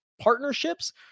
partnerships